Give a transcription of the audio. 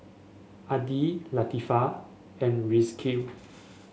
Adi Latifa and Rizqi